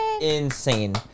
insane